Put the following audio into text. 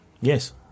Yes